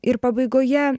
ir pabaigoje